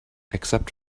except